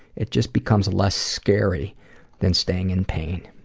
it just becomes less scary than staying in pain.